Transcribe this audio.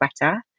better